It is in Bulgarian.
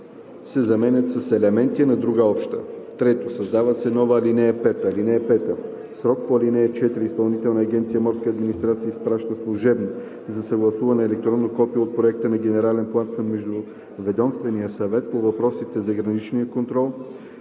се заменят с „елементи на другата обща“. 3. Създава се нова ал. 5: „(5) В срока по ал. 4 Изпълнителна агенция „Морска администрация“ изпраща служебно за съгласуване електронно копие от проекта на генерален план на Междуведомствения съвет по въпросите на граничния контрол,